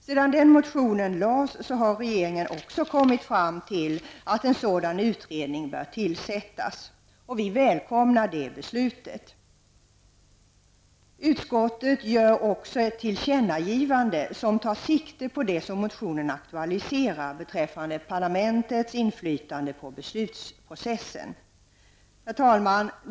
Sedan den motionen väcktes har regeringen också kommit fram till att en sådan utredning bör tillsättas. Vi välkomnar det beslutet. Utskottet föreslår också ett tillkännagivande som tar sikte på det som denna motion har auktualiserat beträffande parlamentets inflytande på beslutsprocessen. Herr talman!